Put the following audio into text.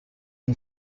این